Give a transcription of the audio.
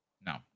No